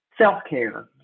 self-care